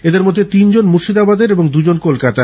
এদের মধ্যে তিনজন মুর্শিদাবাদের এবং দু জন কলকাতার